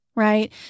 Right